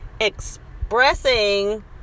expressing